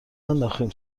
ننداختیم